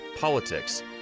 politics